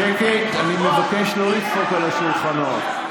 שקט, אני מבקש לא לדפוק על השולחנות.